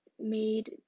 made